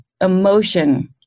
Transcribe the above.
emotion